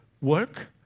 work